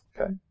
Okay